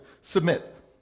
Submit